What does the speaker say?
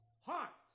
hot